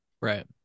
Right